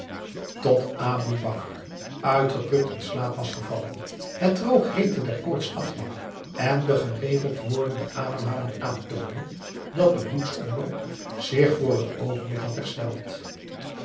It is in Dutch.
aboe bakar uitgeput in slaap was gevallen het droogheete der koorts afnam en de geregeld wordende ademhaling aantoonde dat de bloedsomloop zich voor het oogenblik had hersteld